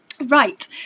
right